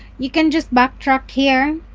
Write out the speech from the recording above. you can just backtrack here.